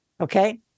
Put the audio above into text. Okay